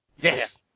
Yes